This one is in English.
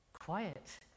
quiet